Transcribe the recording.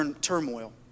turmoil